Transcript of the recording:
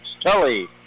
Tully